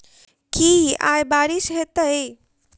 की आय बारिश हेतै?